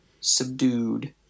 subdued